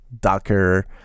Docker